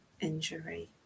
injury